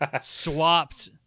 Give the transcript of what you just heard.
swapped